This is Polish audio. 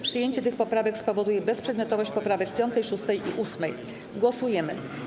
Przyjęcie tych poprawek spowoduje bezprzedmiotowość poprawek 5,. 6. i 8. Głosujemy.